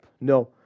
no